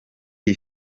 iyi